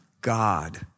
God